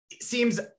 seems